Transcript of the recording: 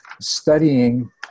studying